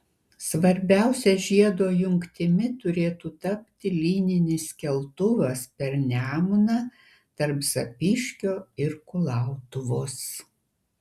svarbiausia žiedo jungtimi turėtų tapti lyninis keltuvas per nemuną tarp zapyškio ir kulautuvos